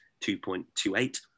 2.28